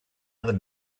other